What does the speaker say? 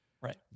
Right